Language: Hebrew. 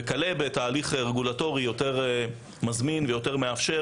וכלה בתהליך רגולטורי יותר מזמין ויותר מאפשר